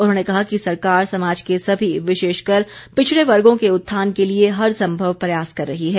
उन्होंने कहा कि सरकार समाज के सभी विशेषकर पिछड़े वर्गो के उत्थान के लिए हर संभव प्रयास कर रही है